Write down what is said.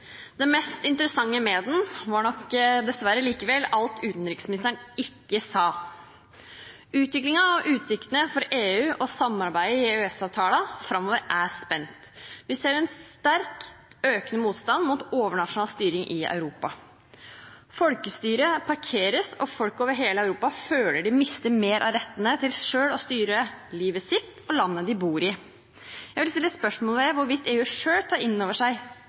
Det mest interessante med den var nok dessverre likevel alt utenriksministeren ikke sa. Utviklingen og utsiktene for EU og samarbeidet i EØS-avtalen framover er spent. Vi ser en sterkt økende motstand mot overnasjonal styring i Europa. Folkestyret parkeres, og folk over hele Europa føler de mister mer av rettene til selv å styre livet sitt og landet de bor i. Jeg vil stille spørsmål ved hvorvidt EU selv tar inn over seg